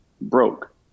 broke